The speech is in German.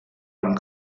einem